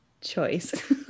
choice